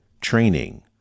training